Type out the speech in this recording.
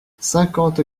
cinquante